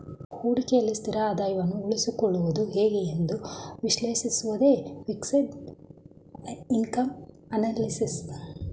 ಹೂಡಿಕೆಯಲ್ಲಿ ಸ್ಥಿರ ಆದಾಯವನ್ನು ಉಳಿಸಿಕೊಳ್ಳುವುದು ಹೇಗೆ ಎಂದು ವಿಶ್ಲೇಷಿಸುವುದೇ ಫಿಕ್ಸೆಡ್ ಇನ್ಕಮ್ ಅನಲಿಸಿಸ್